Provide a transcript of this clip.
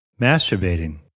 Masturbating